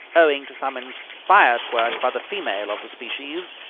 owing to some inspired work by the female of the species,